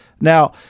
Now